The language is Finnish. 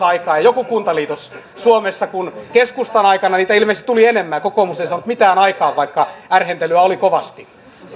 saada aikaan ja joku kuntaliitos suomessa kun keskustan aikana niitä ilmeisesti tuli enemmän ja kokoomus ei saanut mitään aikaan vaikka ärhentelyä oli kovasti